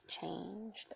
changed